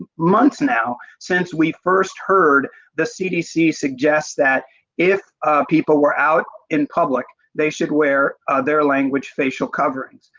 months now since we first heard the cdc suggests that if people were out in public, they should wear their language facial covers.